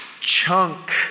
Chunk